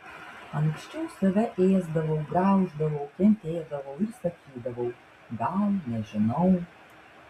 anksčiau save ėsdavau grauždavau kentėdavau ir sakydavau gal nežinau